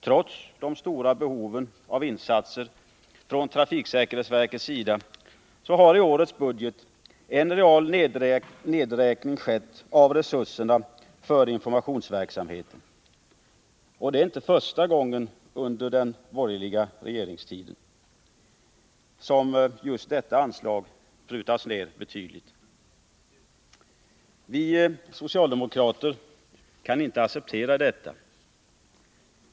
Trots de stora behoven av insatser från trafiksäkerhetsverkets sida har det i årets budget skett en real nedräkning av resurserna för informationsverksamheten. Det är inte första gången under den borgerliga regeringstiden som just detta anslag prutats ned betydligt. Vi socialdemokrater kan inte acceptera detta.